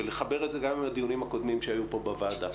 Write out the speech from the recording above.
ולחבר את זה גם עם הדיונים הקודמים שהיו פה בוועדה.